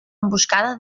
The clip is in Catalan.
emboscada